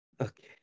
Okay